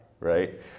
right